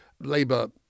Labour